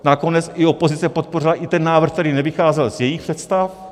Nakonec i opozice podpořila i ten návrh, který nevycházel z jejích představ.